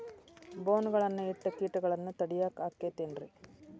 ಬೋನ್ ಗಳನ್ನ ಇಟ್ಟ ಕೇಟಗಳನ್ನು ತಡಿಯಾಕ್ ಆಕ್ಕೇತೇನ್ರಿ?